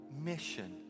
mission